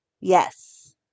Yes